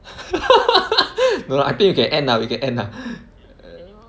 no lah I think we can end lah we can end lah